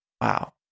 Wow